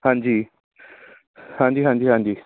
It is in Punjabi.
ਹਾਂਜੀ ਹਾਂਜੀ ਹਾਂਜੀ ਹਾਂਜੀ